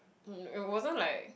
it wasn't like